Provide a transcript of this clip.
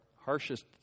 harshest